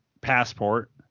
passport